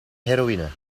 heroïne